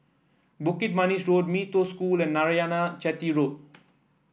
Bukit Manis Road Mee Toh School and Narayanan Chetty Road